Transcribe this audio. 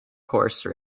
course